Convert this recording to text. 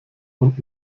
und